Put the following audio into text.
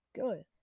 good